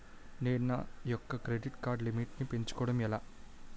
నేను నా యెక్క క్రెడిట్ కార్డ్ లిమిట్ నీ పెంచుకోవడం ఎలా?